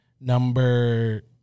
Number